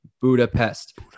Budapest